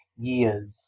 years